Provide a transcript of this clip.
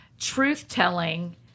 truth-telling